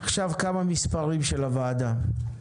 כמה מספרים של הוועדה.